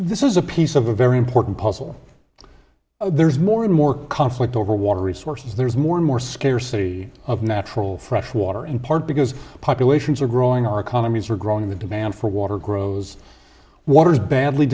this is a piece of a very important puzzle there's more and more conflict over water resources there's more and more scarcity of natural freshwater in part because populations are growing our economies are growing the demand for water grows water is badly